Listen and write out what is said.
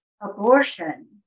abortion